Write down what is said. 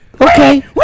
Okay